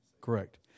Correct